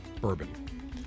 Bourbon